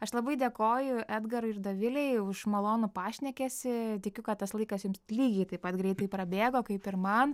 aš labai dėkoju edgarui ir dovilei už malonų pašnekesį tikiu kad tas laikas jums lygiai taip pat greitai prabėgo kaip ir man